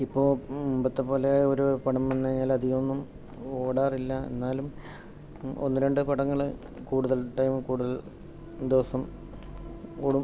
ഇപ്പോൾ മുമ്പത്തെപോലെ ഒരു പടം വന്നുകഴിഞ്ഞാൽ അധികൊന്നും ഓടാറില്ല എന്നാലും ഒന്ന് രണ്ട് പടങ്ങളൾ കൂടുതൽ ടൈം കൂടുതൽ ദിവസം ഓടും